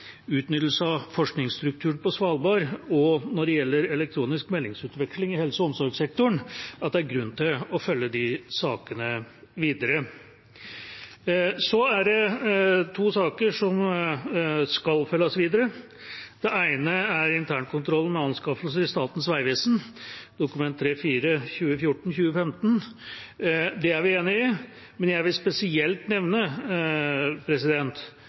utnyttelse av forskningsstrukturen på Svalbard, og når det gjelder elektronisk meldingsutveksling i helse- og omsorgssektoren, er det grunn til å følge de sakene videre. Så er det to saker som skal følges videre. Det ene er internkontrollen med anskaffelser i Statens vegvesen, Dokument 3:4 for 2014–2015, som vi er enig i. Men jeg vil spesielt nevne